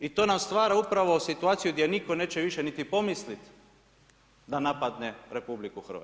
I tom nam stvara upravo situaciju gdje nitko neće više niti pomisliti da napadne RH.